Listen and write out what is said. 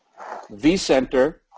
vCenter